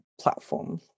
platform